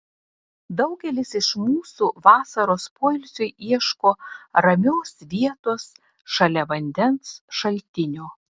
daugelis iš mūsų vasaros poilsiui ieško ramios vietos šalia vandens šaltinio